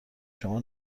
شما